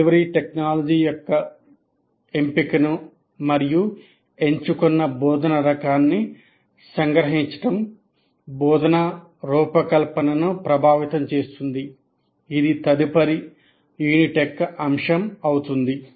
delivery technology యొక్క ఎంపికను మరియు ఎంచుకున్న బోధనా రకాన్ని సంగ్రహించడం బోధనా రూపకల్పనను ప్రభావితం చేస్తుంది ఇది తదుపరి యూనిట్ యొక్క అంశం అవుతుంది